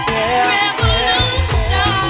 Revolution